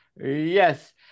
Yes